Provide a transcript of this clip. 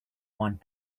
want